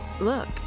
look